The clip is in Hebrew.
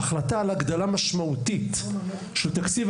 לכן צריך שתתקבל בישיבת הממשלה החלטה על הגדלה משמעותית של התקציב.